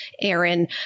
Aaron